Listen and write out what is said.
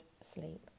sleep